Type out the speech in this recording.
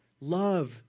love